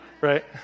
right